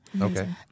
Okay